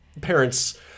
parents